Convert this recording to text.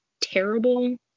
terrible